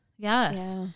Yes